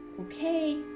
Okay